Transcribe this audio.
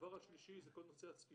הנושא השלישי הוא נושא הצפיפות.